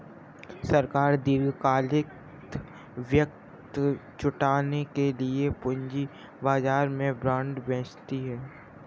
सरकार दीर्घकालिक वित्त जुटाने के लिए पूंजी बाजार में बॉन्ड बेचती है